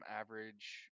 average